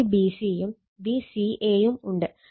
Vbc യും Vca യും ഉണ്ട്